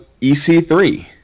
EC3